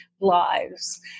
lives